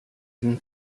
than